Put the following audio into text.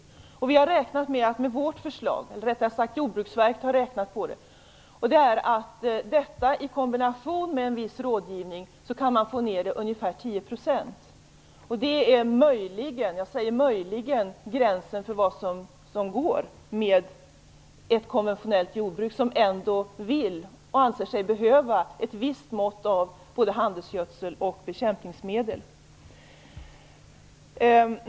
Jordbruksverket har räknat på vårt förslag och kommit fram till att man i kombination med en viss rådgivning kan få ner användningen ungefär 10 %. Det är möjligen där gränsen går för ett konventionellt jordbruk som ändå anser sig behöva ett visst mått av både handelsgödsel och bekämpningsmedel.